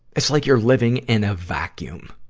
it's like you're living in a vacuum,